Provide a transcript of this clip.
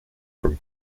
from